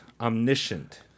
Omniscient